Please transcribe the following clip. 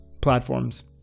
platforms